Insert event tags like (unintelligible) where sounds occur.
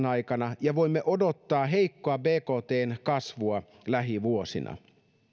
(unintelligible) aikana ja voimme odottaa heikkoa bktn kasvua lähivuosina